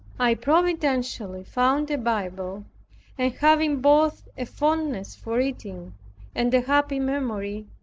i providentially found a bible and having both a fondness for reading and a happy memory,